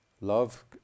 love